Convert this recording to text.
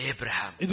Abraham